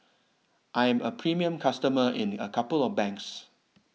I'm a premium customer in a couple of banks